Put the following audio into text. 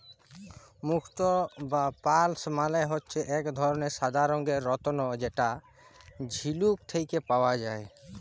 মুক্ত বা পার্লস মালে হচ্যে এক ধরলের সাদা রঙের রত্ন যেটা ঝিলুক থেক্যে পাওয়া যায়